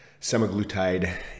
semaglutide